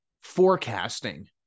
forecasting